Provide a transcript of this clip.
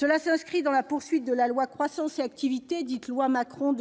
Il s'inscrit dans le droit fil de la loi Croissance et activité de 2014, dite « loi Macron »,